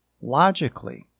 Logically